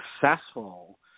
successful